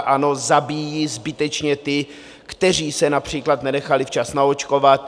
Ano, zabíjí zbytečně ty, kteří se například nenechali včas naočkovat.